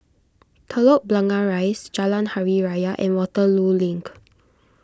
Telok Blangah Rise Jalan Hari Raya and Waterloo Link